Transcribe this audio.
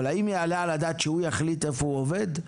אבל האם יעלה על הדעת שהוא יחליט איפה הוא עובד?